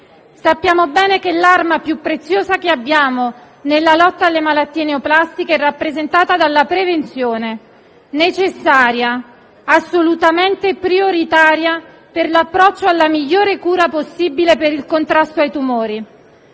Sappiamo bene che l'arma più preziosa che abbiamo nella lotta alle malattie neoplastiche è rappresentata dalla prevenzione, necessaria e assolutamente prioritaria per l'approccio alla migliore cura possibile per il contrasto ai tumori.